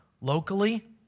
locally